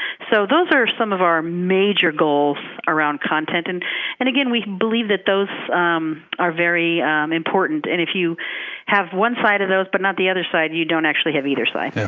so those are some of our major goals around content. and and again, we believe that those are very important, and if you have one side of those but not the other side, you don't actually have either side.